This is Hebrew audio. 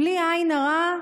בלי עין הרע,